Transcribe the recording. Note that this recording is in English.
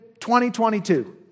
2022